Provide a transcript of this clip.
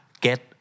get